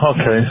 Okay